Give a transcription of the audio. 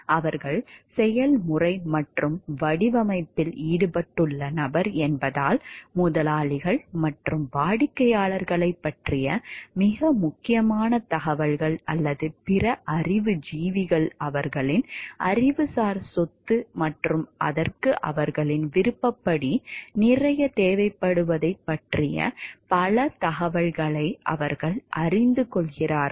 அவர்கள் செயல்முறை மற்றும் வடிவமைப்பில் ஈடுபட்டுள்ள நபர் என்பதால் முதலாளிகள் மற்றும் வாடிக்கையாளர்களைப் பற்றிய மிக முக்கியமான தகவல்கள் அல்லது பிற அறிவுஜீவிகள் அவர்களின் அறிவுசார் சொத்து மற்றும் அதற்கு அவர்களின் விருப்பப்படி நிறையத் தேவைப்படுவதைப் பற்றிய பல தகவல்களை அவர்கள் அறிந்துகொள்கிறார்கள்